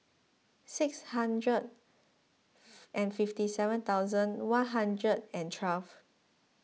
six hundred and fifty seven thousand one hundred and twelve